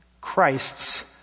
Christ's